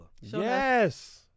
Yes